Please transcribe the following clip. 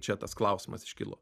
čia tas klausimas iškilo